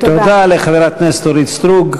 תודה לחברת הכנסת אורית סטרוק.